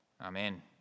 amen